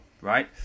right